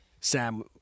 Sam